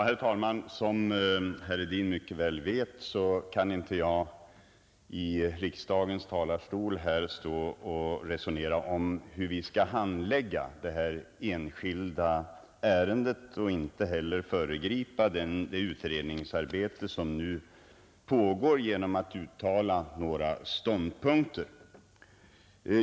Herr talman! Som herr Hedin mycket väl vet kan jag inte här i riksdagens talarstol stå och resonera om hur vi skall handlägga detta enskilda ärende och inte heller föregripa det utredningsarbete, som nu pågår, genom att uttala några ståndpunkter.